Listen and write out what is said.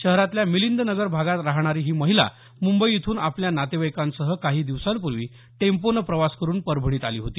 शहरातल्या मिलिंद नगर भागात राहणारी ही महिला मुंबई इथून आपल्या नातेवाईकासह काही दिवसांपूर्वी टेम्पोनं प्रवास करुन परभणीत आली होती